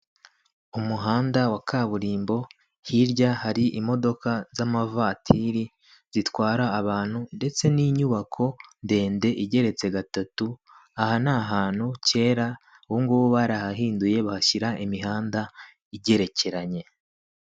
Umuhanda wa kaburimbo hirya hari imodoka z'amavatiri zitwara abantu ndetse n'inyubako ndende igeretse gatatu, aha ni ahantu kera ubu ngubu barahahinduye bahashyira imihanda igerekeranye.